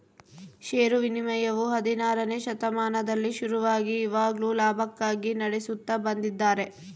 ಷೇರು ವಿನಿಮಯವು ಹದಿನಾರನೆ ಶತಮಾನದಲ್ಲಿ ಶುರುವಾಗಿ ಇವಾಗ್ಲೂ ಲಾಭಕ್ಕಾಗಿ ನಡೆಸುತ್ತ ಬಂದಿದ್ದಾರೆ